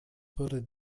würde